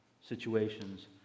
situations